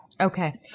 Okay